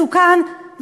מסוכן,